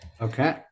Okay